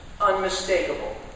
unmistakable